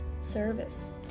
service